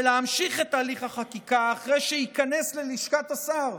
ולהמשיך את הליך החקיקה אחרי שייכנס ללשכת השר,